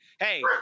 Hey